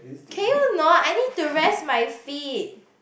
can you know I need to rest my feet